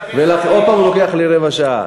ולכן, עוד פעם הוא לוקח לי רבע שעה.